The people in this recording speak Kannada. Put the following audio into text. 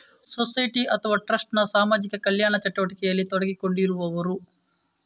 ಸೊಸೈಟಿ ಅಥವಾ ಟ್ರಸ್ಟ್ ನ ಸಾಮಾಜಿಕ ಕಲ್ಯಾಣ ಚಟುವಟಿಕೆಯಲ್ಲಿ ತೊಡಗಿಸಿಕೊಂಡಿರುವವರು